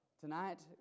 Tonight